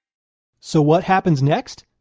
so what happens next?